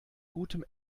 gutem